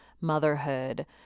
motherhood